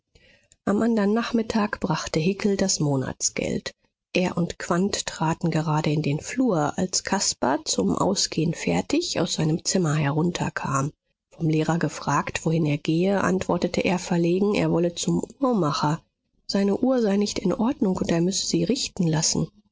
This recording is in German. am andern nachmittag brachte hickel das monatsgeld er und quandt traten gerade in den flur als caspar zum ausgehen fertig aus seinem zimmer herunterkam vom lehrer gefragt wohin er gehe antwortete er verlegen er wolle zum uhrmacher seine uhr sei nicht in ordnung und er müsse sie richten lassen